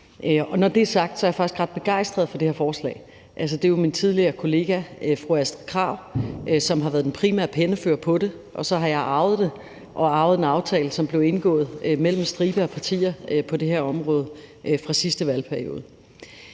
Når det er sagt, er jeg faktisk ret begejstret for det her forslag. Det er jo min tidligere kollega fru Astrid Krag, som har været den primære pennefører på det, og så har jeg arvet det og arvet en aftale, som blev indgået mellem en stribe af partier på det her område i sidste valgperiode.